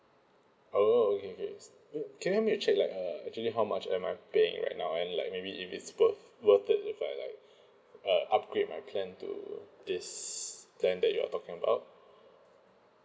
oh okay okay s~ uh can I make a check like uh actually how much am I paying right and like maybe if it's worth worth it if I like uh upgrade my plan to this plan that you're talking about